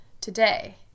today